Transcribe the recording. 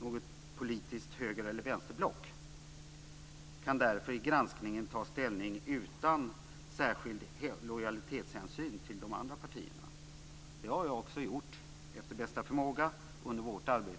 något politiskt höger eller vänsterblock kan därför i granskningen ta ställning utan särskild lojalitetshänsyn till de andra partierna. Det har jag också gjort efter bästa förmåga under vårt arbete.